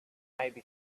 maybe